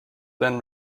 then